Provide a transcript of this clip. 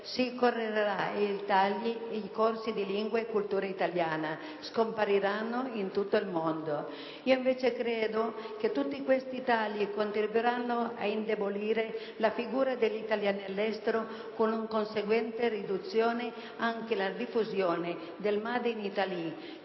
per correggere i tagli, i corsi di lingua e cultura italiana scompariranno in tutto il mondo. Io credo che tutti questi tagli contribuiranno ad indebolire la figura degli italiani all'estero con conseguente riduzione anche nella diffusione del *made in Italy*,